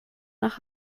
nach